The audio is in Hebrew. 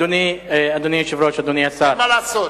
אדוני היושב-ראש, אדוני השר,